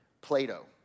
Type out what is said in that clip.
Plato